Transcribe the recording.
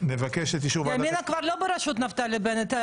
נבקש את אישור ועדת הכנסת --- ימינה כבר לא בראשות נפתלי בנט.